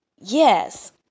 yes